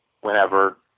whenever